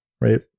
right